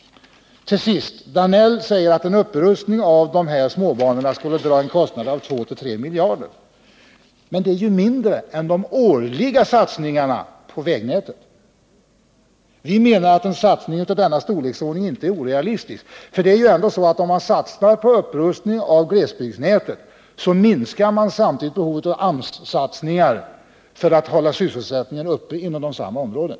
Georg Danell säger att en upprustning av småbanorna skulle dra en kostnad på 2-3 miljarder. Det är ju mindre än de årliga satsningarna på vägnätet! Vi menar att en satsning av den storleksordningen inte är orealistisk. Om man satsar på upprustning av glesbygdsnätet minskar man samtidigt behovet av AMS-satsningar för att hålla sysselsättningen uppe i samma områden.